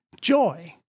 joy